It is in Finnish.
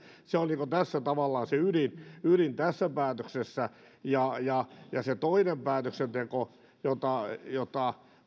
se on tavallaan se ydin tässä päätöksessä ja ja se toinen päätöksenteko jota jota sitäkin